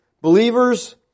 Believers